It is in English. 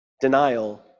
denial